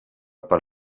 per